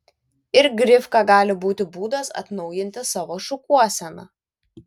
ir grifka gali būti būdas atnaujinti savo šukuoseną